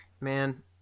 man